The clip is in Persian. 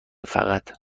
فقط